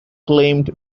claimed